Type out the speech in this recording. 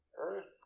Earth